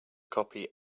copy